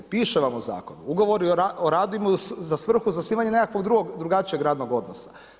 Piše vam u zakonu, ugovoru o radu imaju za svrhu zasnivanje nekakvog drugačijeg radnog odnosa.